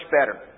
better